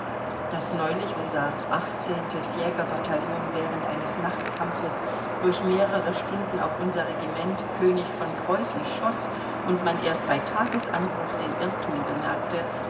daß neulich unser jägerbataillon während eines nachtkampfes durch mehrere stunden auf unser regiment könig von preußen schoß und man erst bei tagesanbruch den irrtum bemerkte